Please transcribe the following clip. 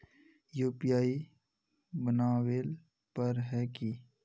UPI बनावेल पर है की?